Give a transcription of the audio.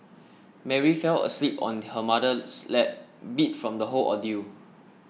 Mary fell asleep on her mother's lap beat from the whole ordeal